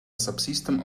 subsystem